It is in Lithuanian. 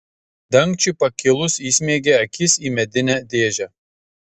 dangčiui pakilus įsmeigė akis į medinę dėžę